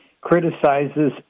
criticizes